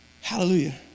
Hallelujah